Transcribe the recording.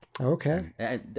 Okay